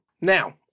Now